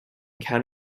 ken